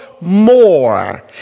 more